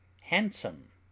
handsome